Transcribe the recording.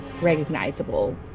recognizable